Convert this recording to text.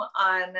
on